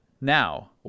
now